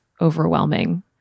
overwhelming